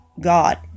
God